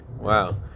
Wow